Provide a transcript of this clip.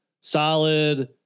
solid